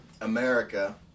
America